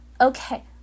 Okay